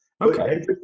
Okay